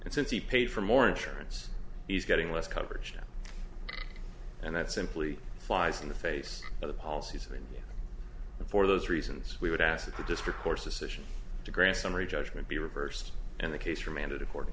and since he paid for more insurance he's getting less coverage now and that simply flies in the face of the policies of india and for those reasons we would ask the district court's decision to grant summary judgment be reversed in the case remanded according